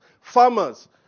farmers